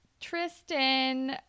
Tristan